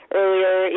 earlier